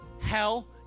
hell